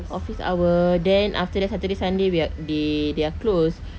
office hour then after that saturday sunday we are they they are closed